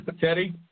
Teddy